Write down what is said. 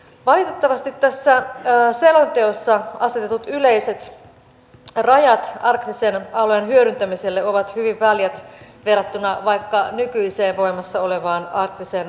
valitettavasti tässä selonteossa asetetut yleiset rajat arktisen alueen hyödyntämiselle ovat hyvin väljät verrattuna vaikka nykyiseen voimassa olevaan arktiseen strategiaan